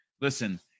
listen